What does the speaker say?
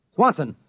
Swanson